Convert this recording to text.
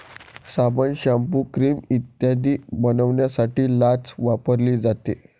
साबण, shampoo, cream इत्यादी बनवण्यासाठी लाच वापरली जाते